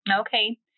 Okay